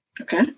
okay